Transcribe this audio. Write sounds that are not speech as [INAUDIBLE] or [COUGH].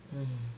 [BREATH]